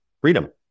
freedom